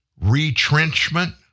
retrenchment